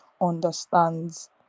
understands